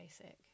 basic